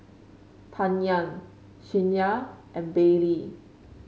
Tanya Shyla and Baylee